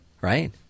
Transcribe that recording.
right